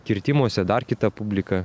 kirtimuose dar kita publika